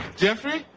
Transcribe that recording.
jeffrey?